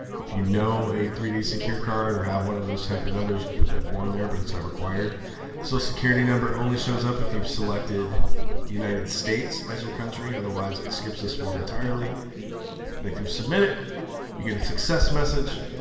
if you know a three d secured card or have one of those type of numbers you could put that form there but it's not required the social so security number only shows up if you've selected united states as your country otherwise it skips this form entirely and if you submit it you get a success message